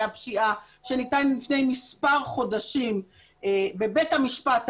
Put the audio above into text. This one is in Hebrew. הפשיעה שניתן לפני מספר חודשים בבית המשפט העליון,